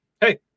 hey